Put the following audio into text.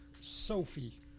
Sophie